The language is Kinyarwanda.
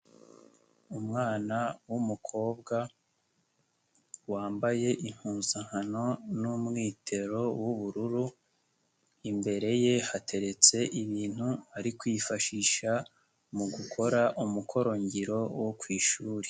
Umwana w'umukobwa wambaye impuzankano n'umwitero w'ubururu imbere ye hateretse ibintu ari kwifashisha mu gukora umukorongiro wo ku ishuri.